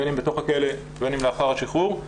בין אם בתוך הכלא ובין אם לאחר השיחרור,